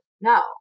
No